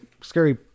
scary